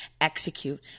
execute